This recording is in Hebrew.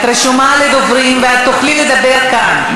את רשומה בדוברים ואת תוכלי לדבר כאן,